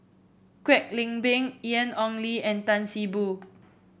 Kwek Leng Beng Ian Ong Li and Tan See Boo